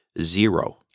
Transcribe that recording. zero